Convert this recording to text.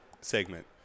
segment